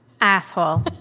Asshole